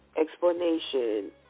explanation